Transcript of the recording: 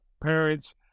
parents